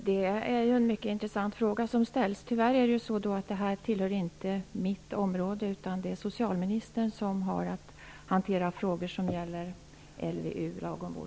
Fru talman! Det är en mycket intressant fråga som ställs. Tyvärr tillhör den inte mitt område. Det är socialministern som har att hantera frågor som gäller